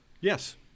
Yes